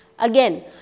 Again